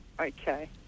Okay